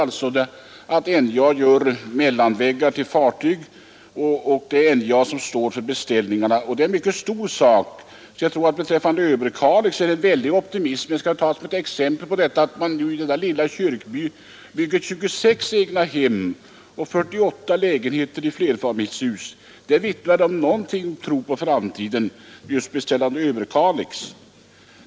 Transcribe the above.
NJA 28 maj 197 ST gör mellanväggar till fartyg och står för beställningarna. Det är en mycket Den regionalstor sak. Jag tror att det beträffande Överkalix finns en väldig optimism. Politiska stödverk Ett exempel på det är att man i denna lilla kyrkby bygger 26 egnahem samheten m.m. och 48 lägenheter i flerfamiljshus. Det vittnar om något om tro på framtiden i Överkalix.